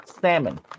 Salmon